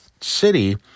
city